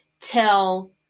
Tell